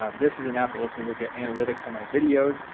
ah this is an app that lets me look at analytics on my videos,